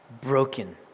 broken